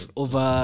over